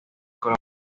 color